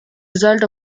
result